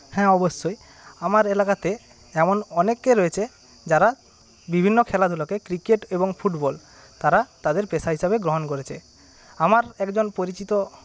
হ্যাঁ অবশ্যই আমার এলাকাতে এমন অনেকে রয়েছে যারা বিভিন্ন খেলাধুলাকে ক্রিকেট এবং ফুটবল তারা তাদের পেশা হিসাবে গ্রহণ করেছে আমার একজন পরিচিত